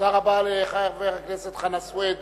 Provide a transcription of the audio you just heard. תודה רבה לחבר הכנסת חנא סוייד.